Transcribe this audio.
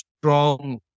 strong